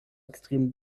extrem